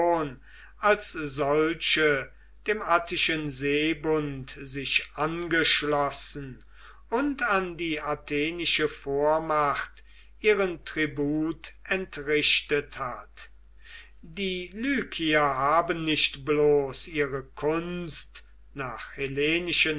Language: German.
als solche dem attischen seebund sich angeschlossen und an die athenische vormacht ihren tribut entrichtet hat die lykier haben nicht bloß ihre kunst nach